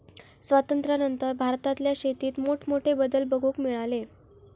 स्वातंत्र्यानंतर भारतातल्या शेतीत मोठमोठे बदल बघूक मिळाले